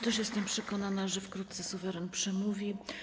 Też jestem przekonana, że wkrótce suweren przemówi.